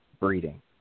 breeding